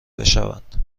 بشوند